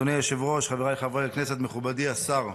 אדוני היושב-ראש, חבריי חברי הכנסת, מכובדי השר,